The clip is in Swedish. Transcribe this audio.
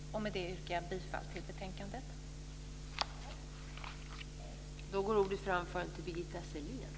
Med det yrkar jag bifall till hemställan i betänkandet.